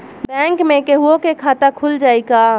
Bank में केहूओ के खाता खुल जाई का?